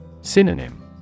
Synonym